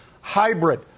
hybrid